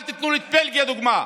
אל תיתנו את בלגיה כדוגמה,